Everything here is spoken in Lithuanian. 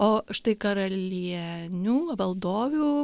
o štai karalienių valdovių